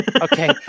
Okay